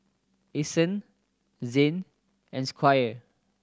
Ason Zane and Squire